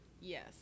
Yes